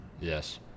Yes